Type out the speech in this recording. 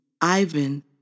Ivan